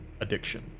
Addiction